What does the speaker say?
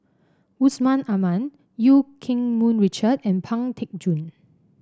Yusman Aman Eu Keng Mun Richard and Pang Teck Joon